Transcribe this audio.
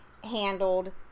Handled